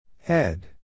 Head